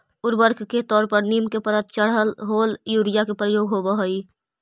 उर्वरक के तौर पर नीम के परत चढ़ल होल यूरिया के प्रयोग होवऽ हई